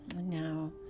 now